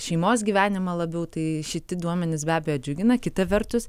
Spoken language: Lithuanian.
šeimos gyvenimą labiau tai šiti duomenys be abejo džiugina kita vertus